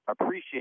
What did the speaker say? appreciate